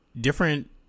Different